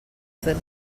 that